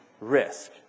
risk